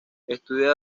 estudia